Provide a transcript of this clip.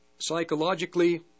psychologically